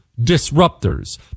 disruptors